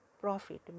profit